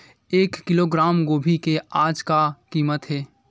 एक किलोग्राम गोभी के आज का कीमत हे?